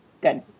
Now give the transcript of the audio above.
Good